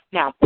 Now